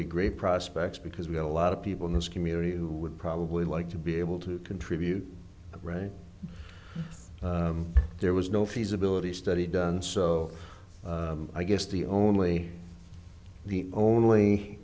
be great prospects because we have a lot of people in this community who would probably like to be able to contribute right there was no feasibility study done so i guess the only the only